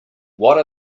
what